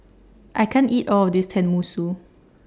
I can't eat All of This Tenmusu